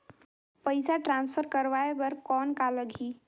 पइसा ट्रांसफर करवाय बर कौन का लगही?